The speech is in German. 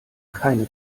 keine